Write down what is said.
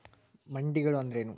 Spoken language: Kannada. ಮಂಡಿಗಳು ಅಂದ್ರೇನು?